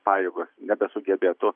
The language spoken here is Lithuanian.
pajėgos nebesugebėtų